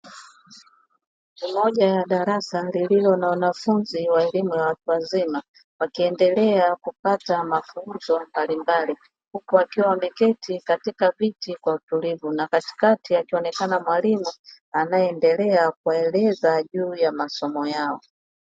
Moja ya darasa lililo na wanafunzi wa elimu ya watu wazima wakiendelea kupata mafunzo mbalimbali, huku wakiwa wameketi katika viti kwa utulivu na katikati akionekana mwalimu anayeendelea kuwaeleza juu ya masomo yao.